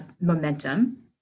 momentum